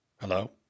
Hello